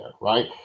right